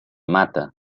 mata